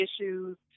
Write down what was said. issues